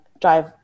drive